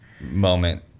Moment